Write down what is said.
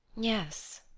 yes,